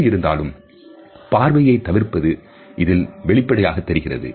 எப்படி இருந்தாலும் பார்வையைத் தவிர்ப்பது இதில் வெளிப்படையாக தெரிகிறது